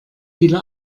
viele